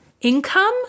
income